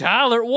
Tyler